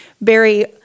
Barry